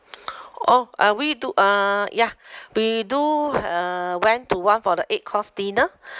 oh uh we do uh ya we do uh went to one for the eight course dinner